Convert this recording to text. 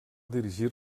dirigir